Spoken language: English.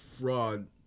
fraud